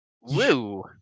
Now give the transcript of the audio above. Woo